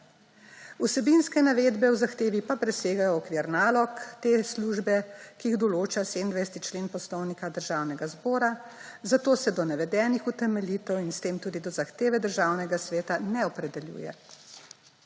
Vsebinske navedbe v zahtevi pa presegajo okvir nalog te službe, ki jih določa 27. člen Poslovnika Državnega zbora, zato se do navedenih utemeljitev in s tem tudi do zahteve Državnega sveta ne opredeljuje.